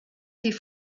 die